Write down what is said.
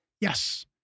yes